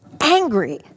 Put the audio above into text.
angry